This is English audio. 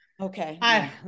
Okay